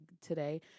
today